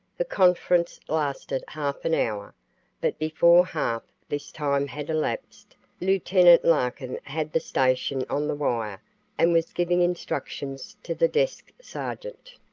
the conference lasted half an hour, but before half this time had elapsed lieut. larkin had the station on the wire and was giving instructions to the desk sergeant.